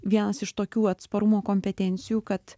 vienas iš tokių atsparumo kompetencijų kad